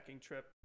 trip